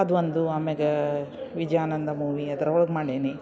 ಅದು ಒಂದು ಆಮ್ಯಾಲ ವಿಜಯಾನಂದ ಮೂವಿ ಅದ್ರೊಳಗೆ ಮಾಡೀನಿ